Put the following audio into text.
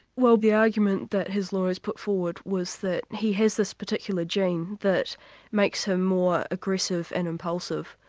well the argument that his lawyers put forward was that he has this particular gene that makes him more aggressive and impulsive,